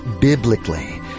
biblically